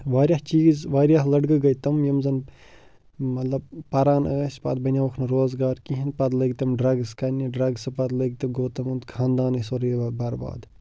واریاہ چیٖز واریاہ لٔڑکہٕ گٔے تِم یِم زَن مطلب پران ٲسۍ پَتہٕ بنیووُکھ نہٕ روزگار کِہیٖنۍ پتہٕ لٔگۍ تِم ڈرٛگٕس کَرنہِ ڈرگسہٕ پتہٕ لٔگۍ تہٕ گوٚو تُہُنٛد خانٛدانٕے سورٕے وَ برباد